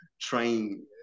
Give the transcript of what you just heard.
trying